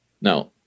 Now